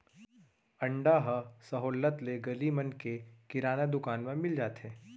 अंडा ह सहोल्लत ले गली मन के किराना दुकान म मिल जाथे